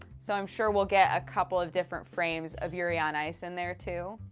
so i'm sure we'll get a couple of different frames of yuri on ice in there too.